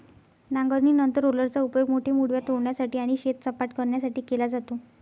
नांगरणीनंतर रोलरचा उपयोग मोठे मूळव्याध तोडण्यासाठी आणि शेत सपाट करण्यासाठी केला जातो